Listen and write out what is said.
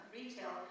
retail